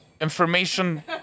information